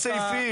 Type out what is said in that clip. בסעיפים.